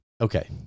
Okay